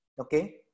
Okay